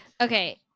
Okay